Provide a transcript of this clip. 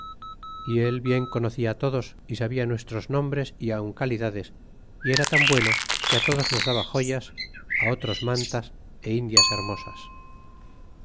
y él bien conocia todos y sabia nuestros nombres y aun calidades y era tan bueno que todos nos daba joyas otros mantas é indias hermosas